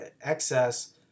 excess